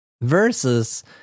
versus